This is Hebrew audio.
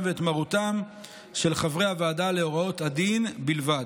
ואת מרותם של חברי הוועדה להוראות הדין בלבד.